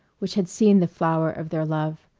which had seen the flower of their love.